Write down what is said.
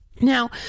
Now